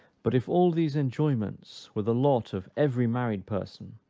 but if all these enjoyments were the lot of every married person,